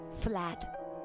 flat